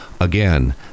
Again